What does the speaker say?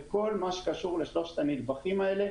בכל מה שקשור לשלושת הנדבכים האלה.